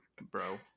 bro